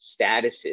statuses